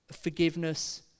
forgiveness